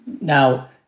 Now